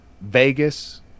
Vegas